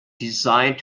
designed